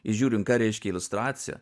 žiūrint ką reiškia iliustracija